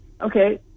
okay